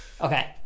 Okay